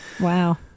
wow